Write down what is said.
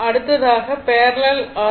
அடுத்ததாக parallel R